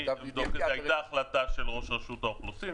הייתה החלטה של ראש רשות האוכלוסין,